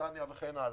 בבריטניה וכן הלאה.